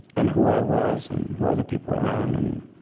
and who i was and who are the people around and